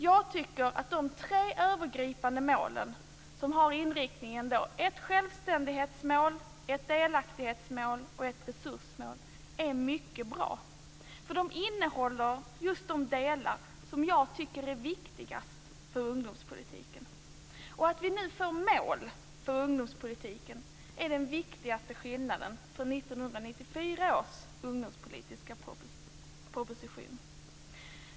Jag tycker att de tre övergripande målen med följande inriktningar, nämligen ett självständighetsmål, ett delaktighetsmål och ett resursmål, är mycket bra. De innehåller just de delar som jag tycker är viktigast för ungdomspolitiken. Att vi nu får mål för ungdomspolitiken är den viktigaste skillnaden från 1994 års ungdomspolitiska proposition.